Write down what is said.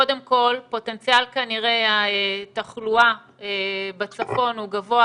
קודם כל כנראה פוטנציאל התחלואה בצפון הוא גבוה,